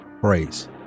praise